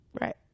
Right